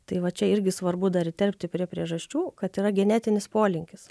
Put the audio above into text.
tai va čia irgi svarbu dar įterpti prie priežasčių kad yra genetinis polinkis